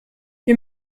wir